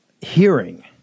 hearing